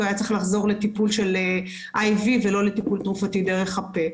כי הוא היה צריך לחזור לטיפול IV ולא לטיפול דרך הפה.